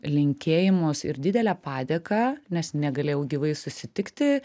linkėjimus ir didelę padėką nes negalėjau gyvai susitikti